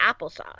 applesauce